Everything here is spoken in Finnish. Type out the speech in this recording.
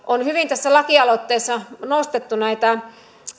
tässä lakialoitteessa nostettu näitä